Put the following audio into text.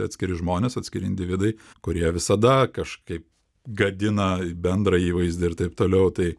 atskiri žmonės atskiri individai kurie visada kažkaip gadina bendrą įvaizdį ir taip toliau tai